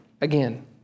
again